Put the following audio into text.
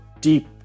deep